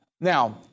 Now